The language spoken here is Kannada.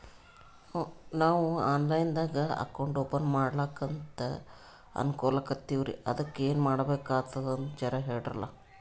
ನಾವು ಆನ್ ಲೈನ್ ದಾಗ ಅಕೌಂಟ್ ಓಪನ ಮಾಡ್ಲಕಂತ ಅನ್ಕೋಲತ್ತೀವ್ರಿ ಅದಕ್ಕ ಏನ ಮಾಡಬಕಾತದಂತ ಜರ ಹೇಳ್ರಲ?